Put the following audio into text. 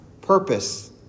purpose